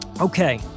Okay